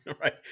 Right